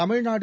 Tamil Nadu